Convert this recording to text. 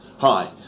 Hi